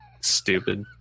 stupid